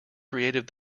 creative